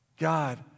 God